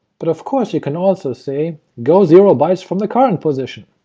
but of course you can also, say, go zero bytes from the current position,